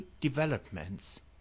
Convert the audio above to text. developments